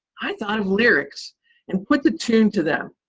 i thought of lyrics and put the tune to them.